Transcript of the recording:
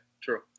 true